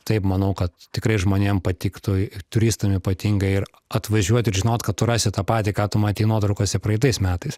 taip manau kad tikrai žmonėm patiktų ir turistam ypatingai ir atvažiuot ir žinot kad tu rasi tą patį ką tu matei nuotraukose praeitais metais